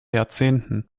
jahrzehnten